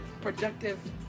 productive